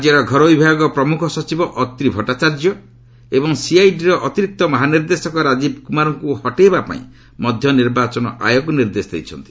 ରାଜ୍ୟର ଘରୋଇ ବିଭାଗ ପ୍ରମୁଖ ସଚିବ ଅତ୍ରି ଭଟ୍ଟାଚାର୍ଯ୍ୟ ଏବଂ ସିଆଇଡିର ଅତିରିକ୍ତ ମହାନିର୍ଦ୍ଦେଶକ ରାଜୀବ କୁମାରଙ୍କୁ ହଟାଇବାପାଇଁ ମଧ୍ୟ ନିର୍ବାଚନ ଆୟୋଗ ନିର୍ଦ୍ଦେଶ ଦେଇଛନ୍ତି